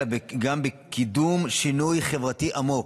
אלא גם בקידום שינוי חברתי עמוק.